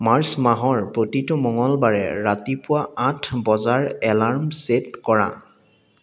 March মাহৰ প্ৰতিটো মঙলবাৰে ৰাতিপুৱা আঠ বজাৰ এলাৰ্ম চেট কৰা